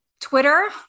Twitter